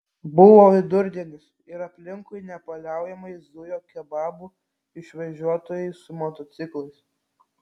buvo vidurdienis ir aplinkui nepaliaujamai zujo kebabų išvežiotojai su motociklais